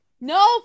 No